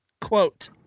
quote